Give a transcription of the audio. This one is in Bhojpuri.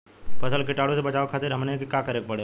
फसल के कीटाणु से बचावे खातिर हमनी के का करे के पड़ेला?